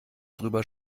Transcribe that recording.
drüber